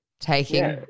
taking